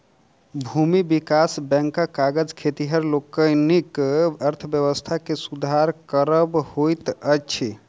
भूमि विकास बैंकक काज खेतिहर लोकनिक अर्थव्यवस्था के सुधार करब होइत अछि